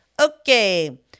Okay